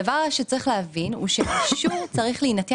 הדבר שצריך להבין הוא שהאישור צריך להינתן